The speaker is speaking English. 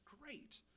great